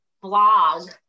blog